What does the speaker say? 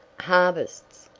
harvests!